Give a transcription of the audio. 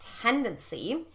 tendency